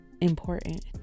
important